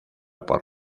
por